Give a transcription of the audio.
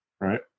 Right